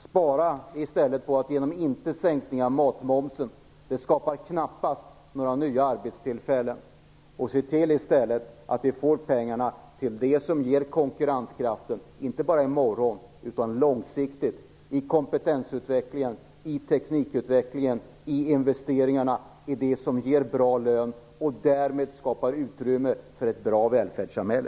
Spara i stället genom att inte sänka matmomsen! Det skapar knappast några nya arbetstillfällen. Se i stället till att vi får pengarna till det som ger konkurrenskraft, inte bara i morgon utan långsiktigt, i kompetensutvecklingen, i teknikutvecklingen, i investeringarna, i det som ger bra lön och därmed skapar utrymme för ett bra välfärdssamhälle.